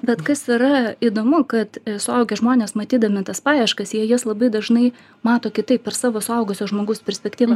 bet kas yra įdomu kad suaugę žmonės matydami tas paieškas jie jas labai dažnai mato kitaip per savo suaugusio žmogaus perspektyvą